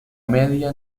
media